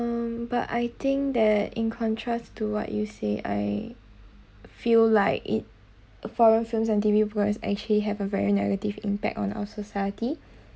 um but I think that in contrast to what you say I feel like it foreign films and T_V programmes actually have a very negative impact on our society